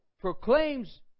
proclaims